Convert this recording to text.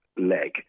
leg